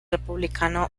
republicano